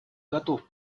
готов